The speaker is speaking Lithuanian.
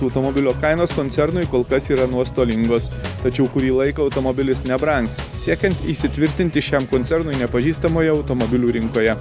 automobilio kainos koncernui kol kas yra nuostolingos tačiau kurį laiką automobilis nebrangs siekiant įsitvirtinti šiam koncernui nepažįstamoje automobilių rinkoje